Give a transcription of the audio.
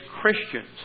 Christians